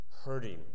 hurting